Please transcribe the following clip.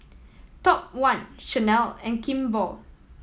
Top One Chanel and Kimball